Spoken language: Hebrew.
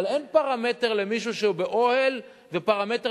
אבל אין פרמטר למישהו שהוא באוהל ופרמטר